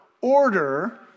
order